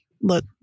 look